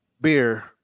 beer